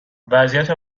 وضعیت